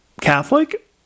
Catholic